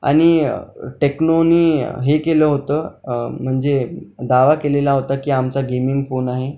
आणि टेक्नोनी हे केलं होतं म्हणजे दावा केलेला होता की आमचा गेमिंग फोन आहे